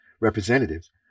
representatives